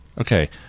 okay